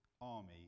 army